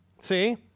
See